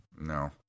No